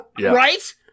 Right